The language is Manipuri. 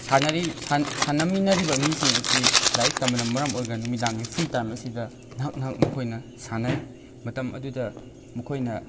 ꯁꯥꯟꯅꯃꯤꯟꯅꯔꯤꯕ ꯃꯤꯁꯤꯡ ꯑꯁꯤ ꯂꯥꯏꯔꯤꯛ ꯇꯝꯕꯅ ꯃꯔꯝ ꯑꯣꯏꯔꯒ ꯅꯨꯃꯤꯗꯥꯡꯒꯤ ꯐ꯭ꯔꯤ ꯇꯥꯏꯝ ꯑꯁꯤꯗ ꯉꯥꯏꯍꯥꯛ ꯉꯥꯏꯍꯥꯛ ꯃꯈꯣꯏꯅ ꯁꯥꯟꯅꯩ ꯃꯇꯝ ꯑꯗꯨꯗ ꯃꯈꯣꯏꯅ